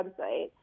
website